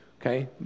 Okay